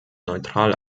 neutral